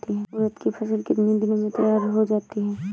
उड़द की फसल कितनी दिनों में तैयार हो जाती है?